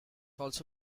also